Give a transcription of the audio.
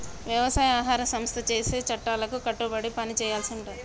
వ్యవసాయ ఆహార సంస్థ చేసే చట్టాలకు కట్టుబడి పని చేయాల్సి ఉంటది